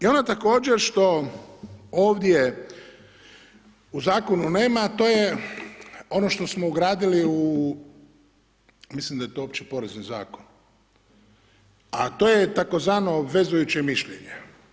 I ono također što ovdje u Zakonu nema, to je ono što smo ugradili, mislim da je to Opći porezni Zakon, a to je tzv. obvezujuće mišljenje.